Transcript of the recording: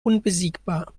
unbesiegbar